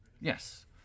Yes